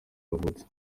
yavutse